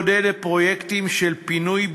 על מנת לעודד פרויקטים של פינוי-בינוי